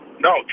No